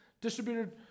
distributed